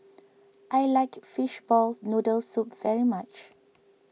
I like Fishball Noodle Soup very much